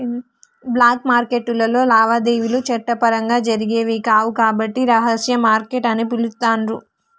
black మార్కెట్టులో లావాదేవీలు చట్టపరంగా జరిగేవి కావు కాబట్టి రహస్య మార్కెట్ అని పిలుత్తాండ్రు